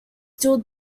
still